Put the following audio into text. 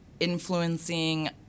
influencing